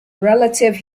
relative